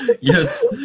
Yes